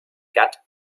got